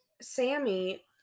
Sammy